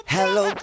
Hello